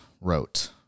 wrote